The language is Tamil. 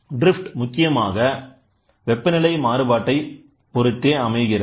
ட்ரிப்ஃட் முக்கியமாக வெப்ப நிலை மாறுபாட்டை பொறுத்ததே அமைகிறது